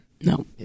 No